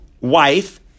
wife